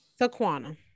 Taquana